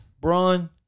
Braun